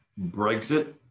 Brexit